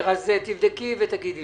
תבדקי ותגידי